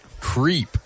Creep